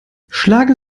schlagen